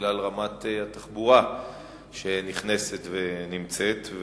בגלל היקף התחבורה שנכנסת ונמצאת.